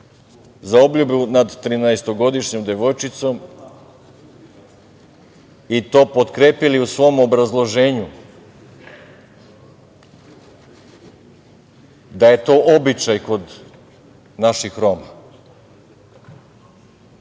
za obljubu nad trinaestogodišnjom devojčicom i to potkrepili u svom obrazloženju da je to običaj kod naših Roma,